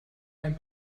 ein